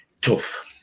tough